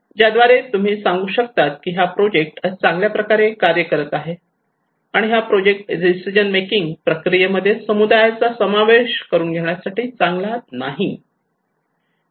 ज्याद्वारे तुम्ही सांगू शकतात की हा प्रोजेक्ट चांगल्या प्रकारे कार्य करत आहे आणि हा प्रोजेक्ट डिसिजन मेकिंग प्रक्रियेमध्ये समुदायाचा समावेश करून घेण्यासाठी चांगला नाही